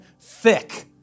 thick